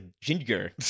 ginger